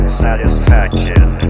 satisfaction